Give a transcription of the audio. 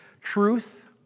truth